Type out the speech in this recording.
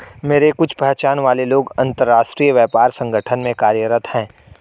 मेरे कुछ पहचान वाले लोग अंतर्राष्ट्रीय व्यापार संगठन में कार्यरत है